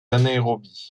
anaérobies